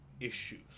Issues